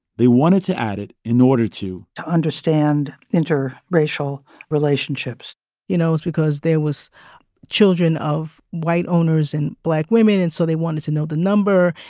they wanted to add it in order to. to understand interracial relationships you know, it's because there was children of white owners and black women, and so they wanted to know the number,